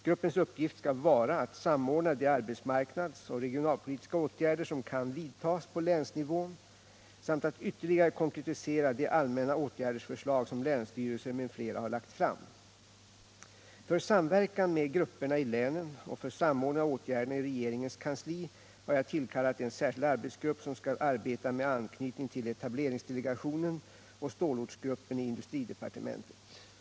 Gruppens uppgift skall vara att samordna de arbetsmarknadsoch regionalpolitiska åtgärder som kan vidtas på länsnivån samt att ytterligare konkretisera de allmänna åtgärdsförslag som länsstyrelser m.fl. har lagt fram. För samverkan med grupperna i länen och för samordning av åtgärderna i regeringens kansli har jag tillkallat en särskild arbetsgrupp som skall arbeta med anknytning till etableringsdelegationen och stålortsgruppen i industridepartementet.